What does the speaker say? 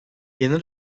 yeni